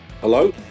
Hello